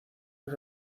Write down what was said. las